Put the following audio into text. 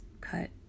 cut